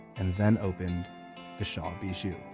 and then opened the shaw bijou.